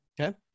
Okay